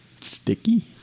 sticky